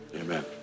Amen